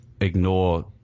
ignore